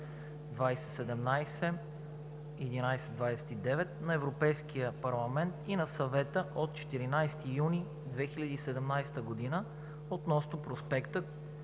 2017/1129 на Европейския парламент и на Съвета от 14 юни 2017 г. относно проспекта,